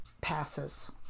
passes